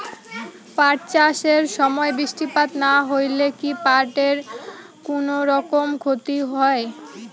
পাট চাষ এর সময় বৃষ্টিপাত না হইলে কি পাট এর কুনোরকম ক্ষতি হয়?